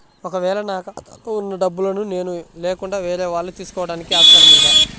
ఒక వేళ నా ఖాతాలో వున్న డబ్బులను నేను లేకుండా వేరే వాళ్ళు తీసుకోవడానికి ఆస్కారం ఉందా?